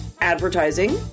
Advertising